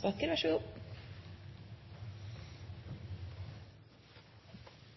faktisk vi er